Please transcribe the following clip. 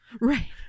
Right